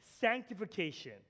sanctification